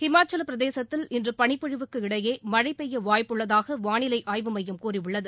இமாச்சலப்பிரதேசத்தில் இன்று பளிப்பொழிவுக்கு இடையே மழை பெய்ய வாய்ப்புள்ளதாக வானிலை ஆய்வு மையம் கூறியுள்ளது